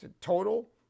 total